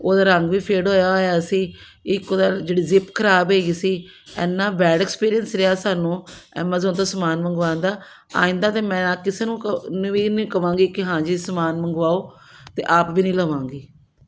ਉਹਦਾ ਰੰਗ ਵੀ ਫ਼ੇਡ ਹੋਇਆ ਹੋਇਆ ਸੀ ਇੱਕ ਉਹਦਾ ਜਿਹੜੀ ਜ਼ਿਪ ਖਰਾਬ ਹੈਗੀ ਸੀ ਇੰਨਾ ਬੈਡ ਐਕਸਪੀਰੀਅੰਸ ਰਿਹਾ ਸਾਨੂੰ ਐਮਾਜ਼ਾਨ ਤੋਂ ਸਮਾਨ ਮੰਗਵਾਉਣ ਦਾ ਆਇੰਦਾ ਤਾਂ ਕਿਸੇ ਨੂੰ ਕ ਨ ਵੀ ਨਹੀ ਕਹਾਂਗੀ ਕਿ ਹਾਂਜੀ ਸਮਾਨ ਮੰਗਵਾਓ ਅਤੇ ਆਪ ਵੀ ਨਹੀਂ ਲਵਾਂਗੀ